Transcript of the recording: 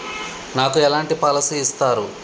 నాకు ఎలాంటి పాలసీ ఇస్తారు?